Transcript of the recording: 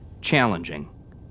challenging